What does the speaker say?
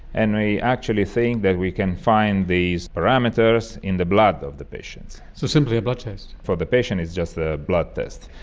and we actually think that we can find these parameters in the blood of the patients. so simply a blood test. for the patient it's just a blood test.